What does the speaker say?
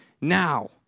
now